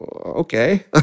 Okay